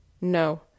No